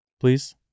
please